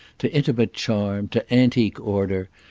to intimate charm, to antique order,